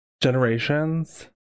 generations